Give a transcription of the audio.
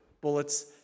bullets